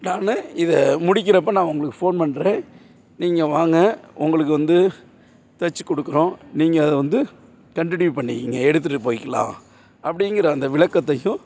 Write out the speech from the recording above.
நான் இதை முடிக்கிறப்போ நான் உங்களுக்கு ஃபோன் பண்ணுறேன் நீங்கள் வாங்க உங்களுக்கு வந்து தச்சிக் கொடுக்குறோம் நீங்கள் அதை வந்து கண்டினியூ பண்ணிக்கோங்க எடுத்துட்டுப் போய்க்கலாம் அப்படிங்கிற அந்த விளக்கத்தையும்